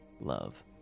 love